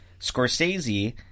Scorsese